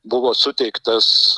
buvo suteiktas